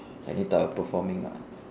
any type of performing art